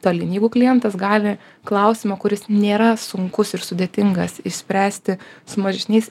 tolyn jeigu klientas gali klausimo kuris nėra sunkus ir sudėtingas išspręsti su mažesniais